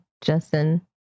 justin